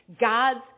God's